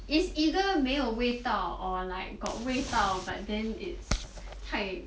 it's either 没有味道 or like got 味道 but then it's 太